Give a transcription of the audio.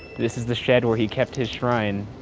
this is the shed where he kept his shrine,